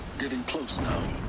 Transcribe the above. getting close now.